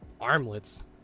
armlets